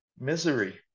misery